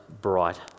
bright